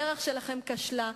הדרך שלכם כשלה.